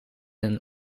een